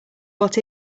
what